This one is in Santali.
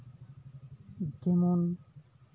ᱡᱮᱢᱚᱱ